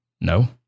No